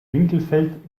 winkelfeld